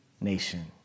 nation